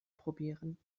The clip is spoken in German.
probieren